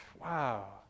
Wow